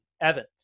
Evan